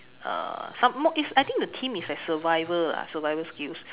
uh some more I think the theme is like survival lah survival skills